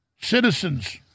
citizens